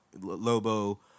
Lobo